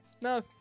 No